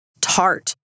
Tart